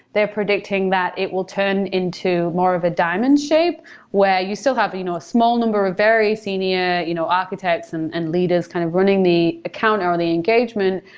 they're predicting that it will turn into more of a diamond shape where you still have a you know a small number of very senior you know architects and and leaders kind of running the account, or the engagement,